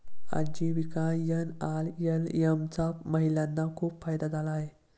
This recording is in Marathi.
आजीविका एन.आर.एल.एम चा महिलांना खूप फायदा झाला आहे